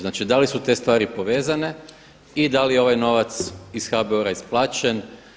Znači da li su te stvari povezane i da li ovaj novac iz HBOR-a isplaćen?